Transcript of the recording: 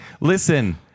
Listen